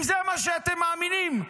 אם זה מה שאתם מאמינים בו,